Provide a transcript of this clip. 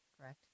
correct